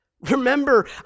Remember